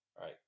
Right